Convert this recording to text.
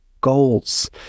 goals